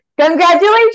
Congratulations